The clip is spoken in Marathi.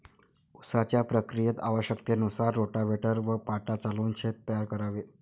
उसाच्या प्रक्रियेत आवश्यकतेनुसार रोटाव्हेटर व पाटा चालवून शेत तयार करावे